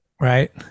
Right